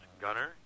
Gunner